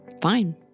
fine